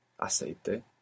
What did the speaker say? Aceite